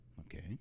Okay